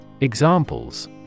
Examples